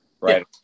Right